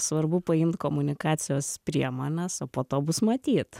svarbu paimt komunikacijos priemones o po to bus matyt